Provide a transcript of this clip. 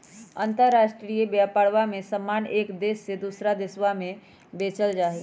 अंतराष्ट्रीय व्यापरवा में समान एक देश से दूसरा देशवा में बेचल जाहई